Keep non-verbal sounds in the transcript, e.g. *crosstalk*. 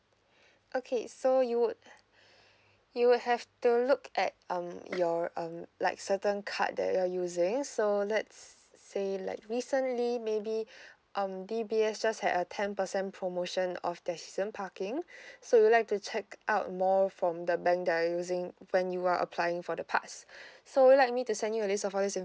*breath* okay so you would *breath* you would have to look at um your um like certain card that you are using so let's say like recently maybe *breath* um D_B_S just had a ten percent promotion of their season parking *breath* so you would like to check out more from the bank that you are using when you are applying for the pass *breath* so would you like me to send you a list of all this